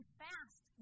fast